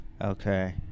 Okay